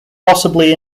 possibly